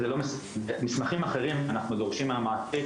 לגבי מסמכים אחרים אנחנו דורשים מהמעסיק,